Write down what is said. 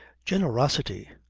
generosity!